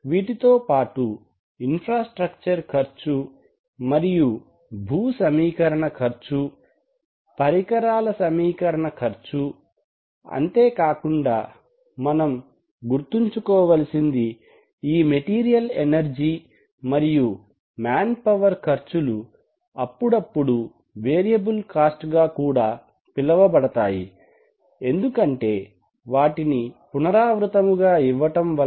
వీటితోపాటు ఇన్ఫ్రాస్ట్రక్చర్ ఖర్చు మరియు భూ సమీకరణ ఖర్చు పరికరాల సమీకరణ ఖర్చు అంతేకాకుండా మనం గుర్తుంచుకోవాల్సింది ఈ మెటీరియల్ ఎనర్జీ మరియు మ్యాన్పవర్ ఖర్చులు అప్పుడప్పుడు వేరియబుల్ కాస్ట్ గా కూడా పిలవబడతాయి ఎందుకంటే వాటిని పునరావృతముగా ఇవ్వటం వలన